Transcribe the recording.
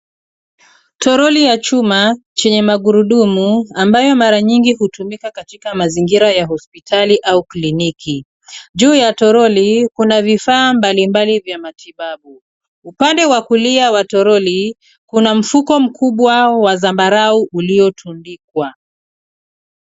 Toroli ya chuma chenye magurudumu ambayo mara nyingi hutumika katika mazingira ya hospitali au kliniki. Juu ya toroli kuna vifaa mbalimbali vya matibabu. Upande wa kulia wa toroli kuna mfuko mkubwa wa zambarau uliotundikwa.